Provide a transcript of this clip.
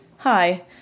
Hi